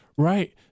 Right